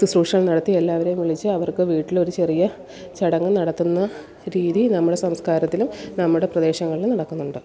ശുശ്രൂഷണം നടത്തി എല്ലാവരെയും വിളിച്ച് അവർക്ക് വീട്ടില് ഒരു ചെറിയ ചടങ്ങ് നടത്തുന്ന രീതി നമ്മുടെ സംസ്കാരത്തില് നമ്മുടെ പ്രദേശങ്ങളിലും നടക്കുന്നുണ്ട്